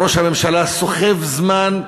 ראש הממשלה סוחב זמן,